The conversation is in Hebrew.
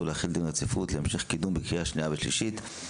להחיל דין רציפות להמשך קידום בקריאה בשנייה ושלישית.